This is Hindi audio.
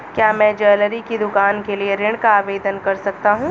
क्या मैं ज्वैलरी की दुकान के लिए ऋण का आवेदन कर सकता हूँ?